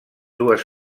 dues